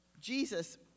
Jesus